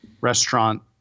restaurant